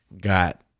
got